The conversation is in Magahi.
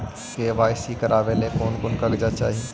के.वाई.सी करावे ले कोन कोन कागजात चाही?